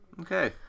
Okay